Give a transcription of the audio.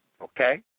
Okay